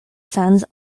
sons